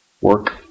work